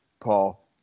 Paul